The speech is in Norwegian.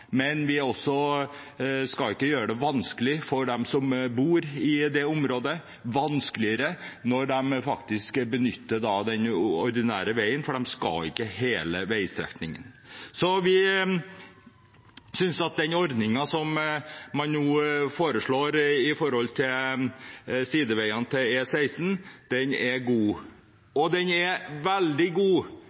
men vi skal ikke gjøre det vanskelig for dem som bor i det området, vanskeligere når de faktisk benytter den ordinære veien, for de skal ikke hele veistrekningen. Så vi synes at den ordningen som man nå foreslår for sideveiene til E16, er god, og den er veldig god